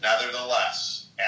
nevertheless